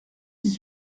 dix